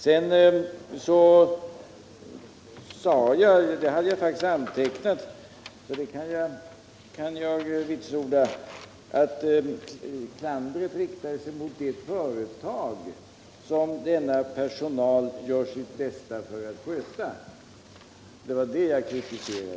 Sedan sade jag — det hade jag faktiskt antecknat och kan således belägga — alt klandret riktade sig mot det företag som personalen gör sitt bästa för att sköta. den det ej vill röstar nej. den det ej vill röstar nej.